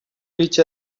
each